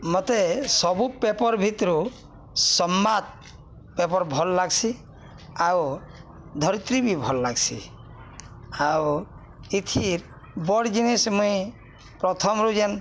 ମୋତେ ସବୁ ପେପର୍ ଭିତରୁ ସମ୍ବାଦ ପେପର୍ ଭଲ୍ ଲାଗ୍ସି ଆଉ ଧରିତ୍ରୀ ବି ଭଲ୍ ଲାଗ୍ସି ଆଉ ଥିିର୍ ବଡ଼୍ ଜିନିଷ୍ ମୁଇଁ ପ୍ରଥମରୁ ଯେନ୍